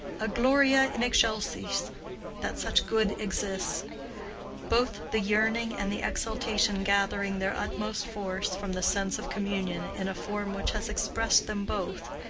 a gloria in excelsis that such good exists both the yearning and the exaltation gathering their utmost force from the sense of communion in a form which has expressed them both,